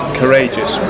courageous